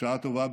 בשעה טובה,